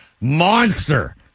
monster